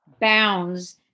bounds